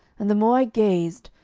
and the more i gazed,